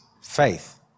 faith